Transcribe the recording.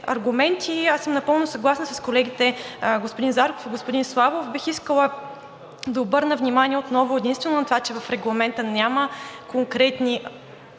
аргументи. Аз съм напълно съгласна с колегите – господин Зарков и господин Славов. Бих искала да обърна внимание отново единствено на това, че в Регламента няма посочени